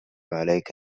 عليك